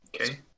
Okay